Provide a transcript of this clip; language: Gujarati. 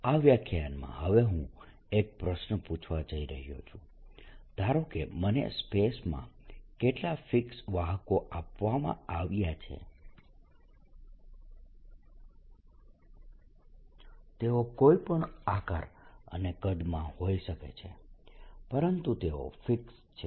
આ વ્યાખ્યાનમાં હવે હું એક પ્રશ્ન પૂછવા જઇ રહ્યો છું ધારો કે મને સ્પેસ માં કેટલાક ફિક્સ્ડ વાહકો આપવામાં આવ્યા છે તેઓ કોઈ પણ આકાર અને કદમાં હોઈ શકે છે પરંતુ તેઓ ફિક્સ્ડ છે